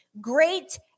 Great